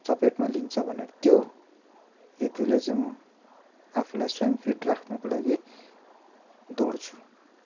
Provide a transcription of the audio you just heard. चपेटमा लिन्छ भनेर त्यो हेतुले चाहिँ म आफूलाई स्वयम् फिट राख्नुको लागि दौडिन्छु